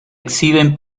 exhiben